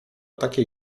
takiej